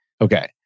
Okay